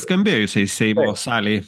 skambėjo jisai seimo salėj